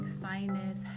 sinus